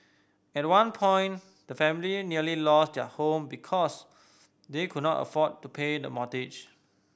at one point the family nearly lost their home because they could not afford to pay the mortgage